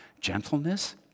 Gentleness